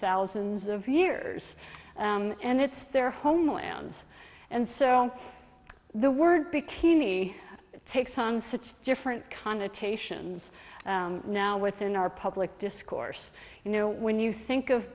thousands of years and it's their homelands and so the word bikini takes on such different connotations now within our public discourse you know when you think of